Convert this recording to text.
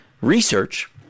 research